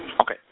Okay